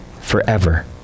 forever